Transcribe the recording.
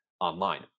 online